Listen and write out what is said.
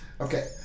Okay